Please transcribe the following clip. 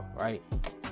right